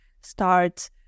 start